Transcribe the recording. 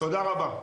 תודה רבה.